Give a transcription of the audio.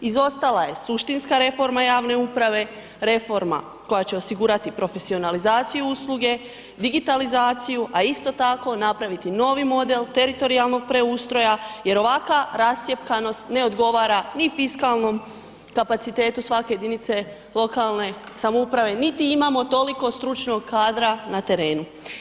Izostala je suštinska reforma javne uprave, reforma koja će osigurati profesionalizaciju usluge, digitalizaciju, a isto tako, napraviti novi model teritorijalnog preustroja jer ovakva rascjepkanost ne odgovara ni fiskalnom kapacitetu svake jedinice lokalne samouprave, niti imamo toliko stručnog kadra na terenu.